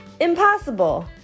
Impossible